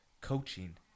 Coaching